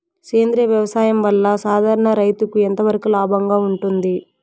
సేంద్రియ వ్యవసాయం వల్ల, సాధారణ రైతుకు ఎంతవరకు లాభంగా ఉంటుంది?